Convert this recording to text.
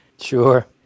Sure